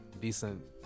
decent